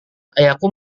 ayahku